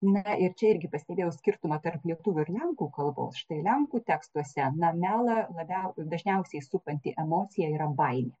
na ir čia irgi pastebėjau skirtumą tarp lietuvių ir lenkų kalbos lenkų tekstuose na melą labia dažniausiai supanti emocija yra baimė